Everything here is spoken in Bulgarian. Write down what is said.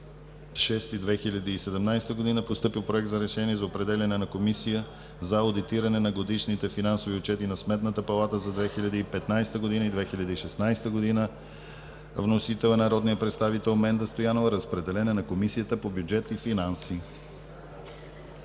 2017 г. е постъпил Проект на решение за определяне на Комисия за одитиране на годишните финансови отчети на Сметната палата за 2015 г. и 2016 г. Вносител: народният представител Менда Стоянова. Разпределен е на Комисията по бюджет и финанси.